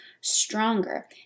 stronger